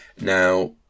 now